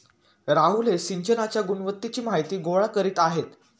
राहुल हे सिंचनाच्या गुणवत्तेची माहिती गोळा करीत आहेत